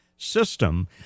system